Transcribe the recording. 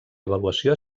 avaluació